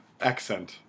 accent